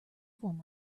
form